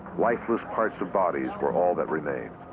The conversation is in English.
lifeless parts of bodies were all that remained.